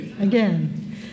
again